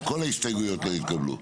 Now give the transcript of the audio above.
כל ההסתייגויות לא התקבלו.